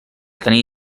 tenir